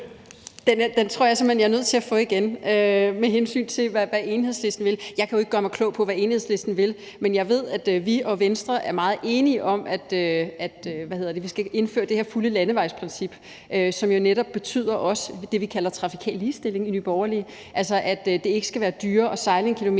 Den tror jeg simpelt hen jeg er nødt til at få igen, med hensyn til hvad Enhedslisten vil. Jeg skal jo ikke gøre mig klog på, hvad Enhedslisten vil, men jeg ved, at vi og Venstre er meget enige om, at vi skal indføre det her fulde landevejsprincip, som jo også giver det, vi i Nye Borgerlige kalder trafikal ligestilling, altså at det ikke skal være dyrere at sejle 1 km